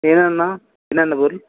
பேனான்னா என்னன்ன பொருள்